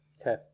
Okay